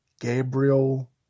Gabriel